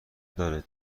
داره